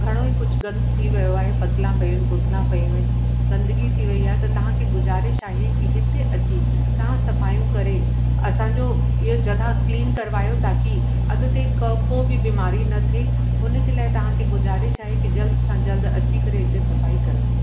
घणोई कुझु गंद थी वियो आहे पतला पियूं आहिनि बोतला पियूं आहिनि गंदगी थी वई आहे त तव्हांखे गुज़ारिश आहे की हिते अची तव्हां सफ़ाइयूं करे असांजो ईअं जॻह क्लीन करवायो ताकी अॻिते क को बि बीमारी न थी उनजे लाइ तव्हांखे गुज़ारिश आहे की जल्द सां जल्द अची करे हिते सफ़ाई करवाई